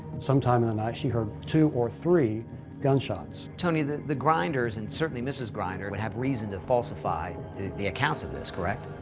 sometime in the night, she heard two or three gunshots. tony, the the grinders, and certainly mrs. grinder, would have reason to falsify the accounts of this, correct?